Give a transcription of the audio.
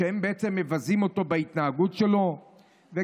כשהם בעצם מבזים אותו בהתנהגות שלהם?